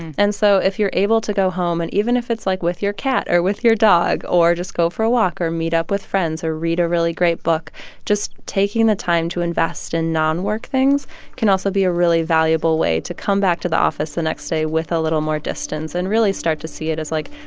and so if you're able to go home, and even if it's like with your cat or with your dog, or just go for a walk or meet up with friends, or read a really great book just taking the time to invest in non-work things can also be a really valuable way to come back to the office the next day with a little more distance. and really start to see it as like,